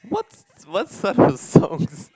what's what's up with songs